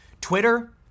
Twitter